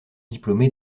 diplômé